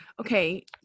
okay